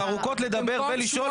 נתתי לך ארוכות לדבר ולשאול.